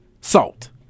salt